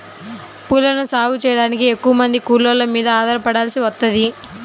పూలను సాగు చెయ్యడానికి ఎక్కువమంది కూలోళ్ళ మీద ఆధారపడాల్సి వత్తది